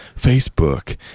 facebook